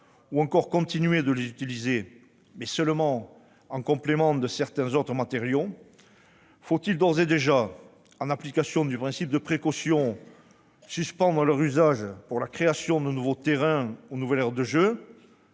ou encore continuer de les utiliser, mais seulement en complément de certains autres matériaux ? Faut-il d'ores et déjà, en application du principe de précaution, suspendre leur usage pour la création de nouveaux terrains ou nouvelles aires de jeu ?